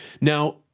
Now